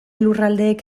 lurraldeek